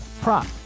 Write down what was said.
prop